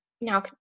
now